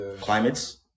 climates